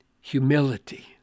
humility